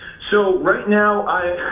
so, right now i